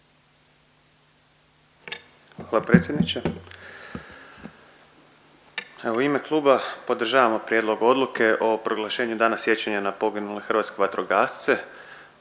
Hvala predsjedniče. Evo u ime kluba podržavamo Prijedlog Odluke o proglašenju Dana sjećanja na poginule hrvatske vatrogasce.